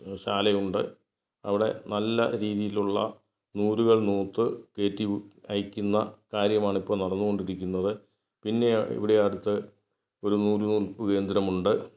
ശാലയുണ്ട് അവിടെ നല്ല രീതിയിലുള്ള നൂലുകൾ നൂറ്റ് കയറ്റി അയയ്ക്കുന്ന കാര്യമാണിപ്പം നടന്ന് കൊണ്ടിരിക്കുന്നത് പിന്നെ ഇവിടെ അടുത്ത് ഒരു നൂല് നൂൽപ്പ് കേന്ദ്രമുണ്ട്